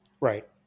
Right